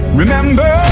remember